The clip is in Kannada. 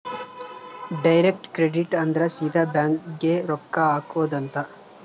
ಡೈರೆಕ್ಟ್ ಕ್ರೆಡಿಟ್ ಅಂದ್ರ ಸೀದಾ ಬ್ಯಾಂಕ್ ಗೇ ರೊಕ್ಕ ಹಾಕೊಧ್ ಅಂತ